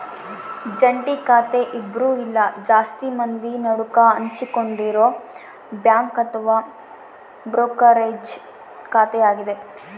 ಜಂಟಿ ಖಾತೆ ಇಬ್ರು ಇಲ್ಲ ಜಾಸ್ತಿ ಮಂದಿ ನಡುಕ ಹಂಚಿಕೊಂಡಿರೊ ಬ್ಯಾಂಕ್ ಅಥವಾ ಬ್ರೋಕರೇಜ್ ಖಾತೆಯಾಗತೆ